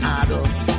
idols